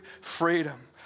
freedom